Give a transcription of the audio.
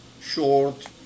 short